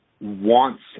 wants